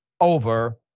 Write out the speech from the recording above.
over